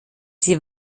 sie